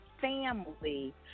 family